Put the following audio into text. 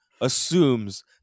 assumes